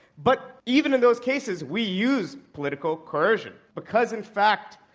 but even in those cases, we use political coercion because, in fact,